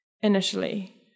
initially